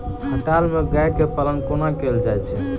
खटाल मे गाय केँ पालन कोना कैल जाय छै?